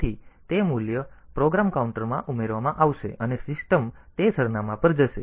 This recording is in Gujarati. તેથી તે મૂલ્ય પ્રોગ્રામ કાઉન્ટરમાં ઉમેરવામાં આવશે અને સિસ્ટમ તે સરનામાં પર જશે